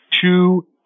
two